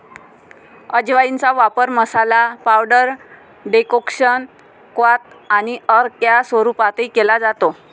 अजवाइनचा वापर मसाला, पावडर, डेकोक्शन, क्वाथ आणि अर्क या स्वरूपातही केला जातो